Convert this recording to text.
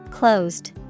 Closed